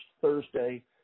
Thursday